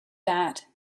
that